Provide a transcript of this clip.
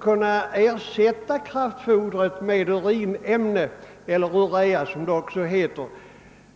kunna ersätta kraftfodret med urinämne eller urea, som det också kallas.